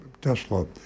Tesla